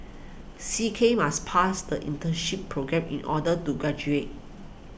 C K must pass the internship programme in order to graduate